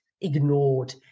ignored